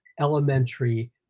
elementary